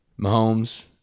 Mahomes